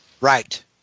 Right